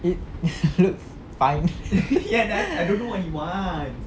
it looks fine